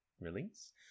release